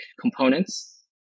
components